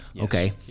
Okay